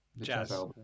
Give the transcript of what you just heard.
Jazz